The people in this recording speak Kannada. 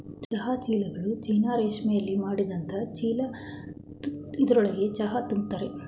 ಚಹಾ ಚೀಲ್ಗಳು ಚೀನಾ ರೇಶ್ಮೆಲಿ ಮಾಡಿದ್ ಚೀಲ ಇದ್ರೊಳ್ಗೆ ಚಹಾ ತುಂಬಿರ್ತರೆ